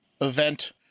Event